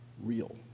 real